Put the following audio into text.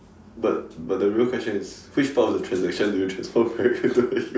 but but the real question is which part of the transaction do you transform back into you